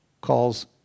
calls